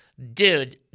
Dude